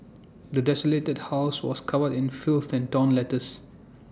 the desolated house was covered in filth and torn letters